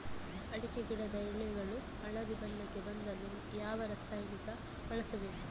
ಅಡಿಕೆ ಗಿಡದ ಎಳೆಗಳು ಹಳದಿ ಬಣ್ಣಕ್ಕೆ ಬಂದಲ್ಲಿ ಯಾವ ರಾಸಾಯನಿಕ ಬಳಸಬೇಕು?